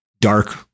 dark